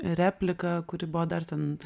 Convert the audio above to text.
repliką kuri buvo dar ten